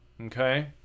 Okay